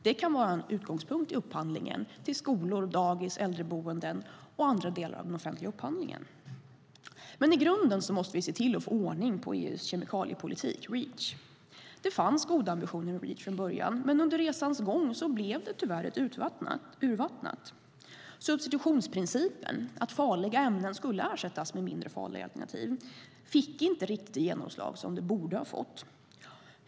Det kan vara en utgångspunkt i upphandlingen till skolor, dagis, äldreboenden och andra delar av den offentliga upphandlingen. Men i grunden måste vi se till att få ordning på EU:s kemikaliepolitik, Reach. Det fanns goda ambitioner med Reach från början, men under resans gång blev det tyvärr rätt urvattnat. Substitutionsprincipen, att farliga ämnen skulle ersättas med mindre farliga alternativ, fick inte riktigt det genomslag som den borde ha fått.